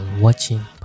watching